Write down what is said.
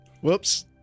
Whoops